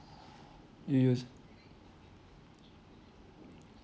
you use